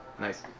Nice